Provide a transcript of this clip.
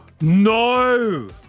No